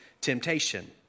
temptation